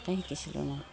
তেনেকৈ শিকিছিলোঁ মই